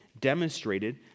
demonstrated